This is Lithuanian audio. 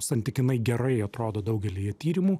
santykinai gerai atrodo daugelyje tyrimų